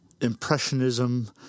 impressionism